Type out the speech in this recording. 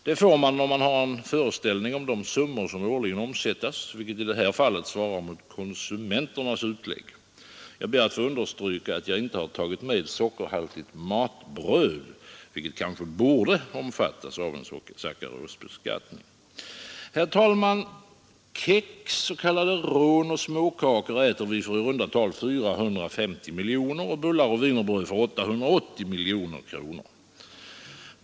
Det får man om man har en föreställning om de summor som årligen omsätts, vilket i det här fallet svarar mot konsumenternas utlägg. Jag ber att få understryka, att jag inte tagit med sockerhaltigt matbröd, som kanske borde omfattas av en sackarosbeskattning. Herr talman! Kex, s.k. rån och småkakor äter vi för i runda tal 450 miljoner kronor, bullar och wienerbröd för 880 miljoner kronor.